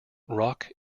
rock